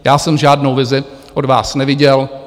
Já jsem žádnou vizi od vás neviděl.